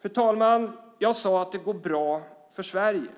Fru talman! Jag sade att det går bra för Sverige.